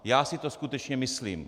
Já si to skutečně myslím.